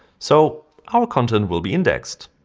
so our content will be indexed,